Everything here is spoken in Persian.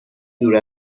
دور